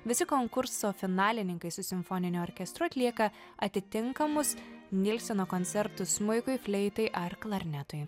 visi konkurso finalininkai su simfoniniu orkestru atlieka atitinkamus nilseno koncertus smuikui fleitai ar klarnetui